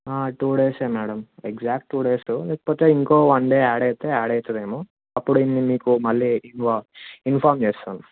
two days madam exact two days లేకపోతే ఇంకో one day add అయితే యాడ్ అవుతుంది ఏమో అప్పుడు నేను మీకు మళ్ళి ఇన్వా ఇన్ఫామ్ చేస్తాను